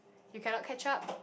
you cannot catch up